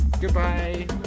goodbye